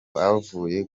bavuye